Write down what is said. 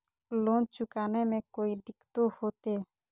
Loan चुकाने में कोई दिक्कतों होते?